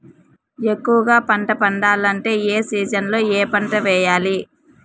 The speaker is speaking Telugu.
ఎక్కువగా పంట పండాలంటే ఏ సీజన్లలో ఏ పంట వేయాలి